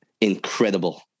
incredible